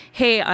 hey